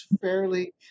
fairly